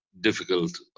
difficult